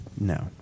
No